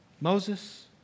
Moses